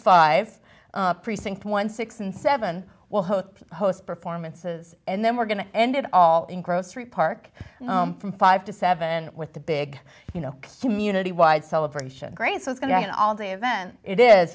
five precinct sixteen and seven will host host performances and then we're going to end it all in grocery park from five to seven with the big you know community wide celebration great so is going to an all day event it is